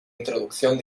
introducción